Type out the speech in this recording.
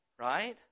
Right